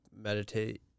meditate